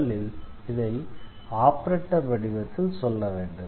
முதலில் இதை ஆபரேட்டர் வடிவத்தில் சொல்ல வேண்டும்